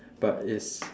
but it's